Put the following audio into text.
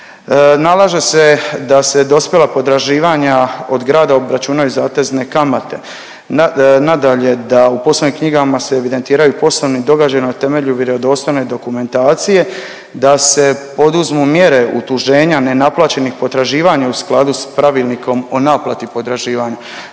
Nalaže se da se dospjela potraživanja od grada obračunaju zatezne kamate. Nadalje, da u poslovnim knjigama se evidentiraju poslovni događaji na temelju vjerodostojne dokumentacije, da se poduzmu mjere utuženja nenaplaćenih potraživanja u skladu s Pravilnikom o naplati potraživanja.